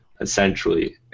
essentially